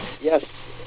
yes